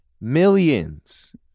millions